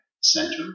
Center